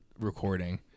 recording